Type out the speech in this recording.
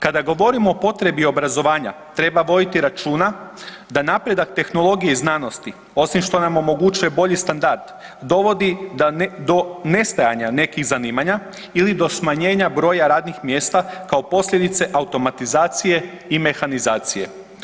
Kada govorimo o potrebi obrazovanja treba voditi računa da napredak tehnologije i znanosti osim što nam omogućuje bolji standard dovodi do nestajanja nekih zanimanja ili do smanjenja broja radnih mjesta kao posljedice automatizacije i mehanizacije.